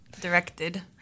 directed